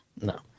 No